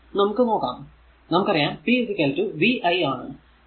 ഇനി നമുക്ക് നോക്കാം നമുക്കറിയാം p vi ആണ്